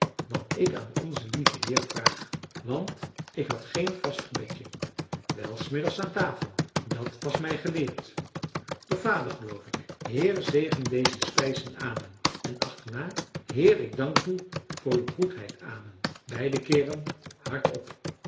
wat ik aan onzen lieven heer vraag want ik had geen vast gebedje wel s middags aan tafel dat was mij geleerd door vader geloof ik heere zegen deze spijzen amen en achterna heer ik dank u voor uwe goedheid amen beide keeren hardop